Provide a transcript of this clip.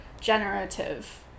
generative